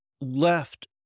left